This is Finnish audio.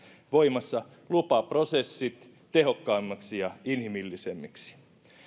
voimassa lupaprosessit tehokkaammiksi ja inhimillisemmiksi